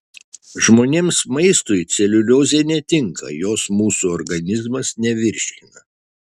žmonėms maistui celiuliozė netinka jos mūsų organizmas nevirškina